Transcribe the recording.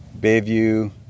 Bayview